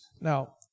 Now